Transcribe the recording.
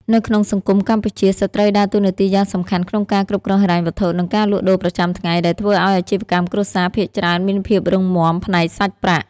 នៅក្នុងសង្គមកម្ពុជា ស្ត្រីដើរតួនាទីយ៉ាងសំខាន់ក្នុងការគ្រប់គ្រងហិរញ្ញវត្ថុ និងការលក់ដូរប្រចាំថ្ងៃ ដែលធ្វើឱ្យអាជីវកម្មគ្រួសារភាគច្រើនមានភាពរឹងមាំផ្នែកសាច់ប្រាក់។